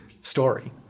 story